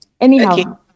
anyhow